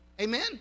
amen